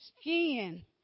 skin